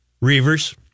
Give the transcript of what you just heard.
Reaver's